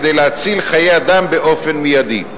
כדי להציל חיי אדם באופן מיידי.